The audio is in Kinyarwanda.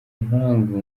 mpamvu